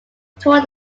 taught